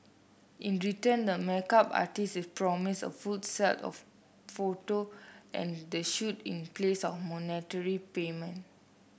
in return the makeup artist is promised a full set of photo and the shoot in place of monetary payment